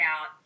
out